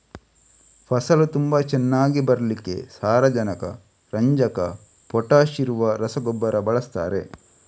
ಫಸಲು ತುಂಬಾ ಚೆನ್ನಾಗಿ ಬರ್ಲಿಕ್ಕೆ ಸಾರಜನಕ, ರಂಜಕ, ಪೊಟಾಷ್ ಇರುವ ರಸಗೊಬ್ಬರ ಬಳಸ್ತಾರೆ